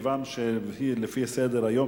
לפי סדר-היום,